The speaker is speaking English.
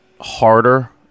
harder